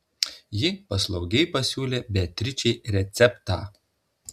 ji paslaugiai pasiūlė beatričei receptą